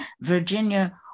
Virginia